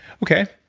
okay,